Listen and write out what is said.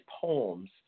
poems